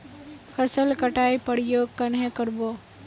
फसल कटाई प्रयोग कन्हे कर बो?